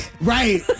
Right